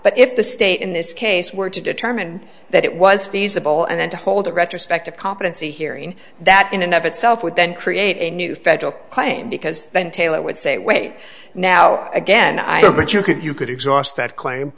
but if the state in this case were to determine that it was feasible and then to hold a retrospective competency hearing that enough itself would then create a new federal claim because then taylor would say wait now again i don't but you could you could exhaust